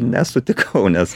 nesutikau nes